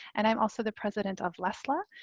and i'm also the president of leslla.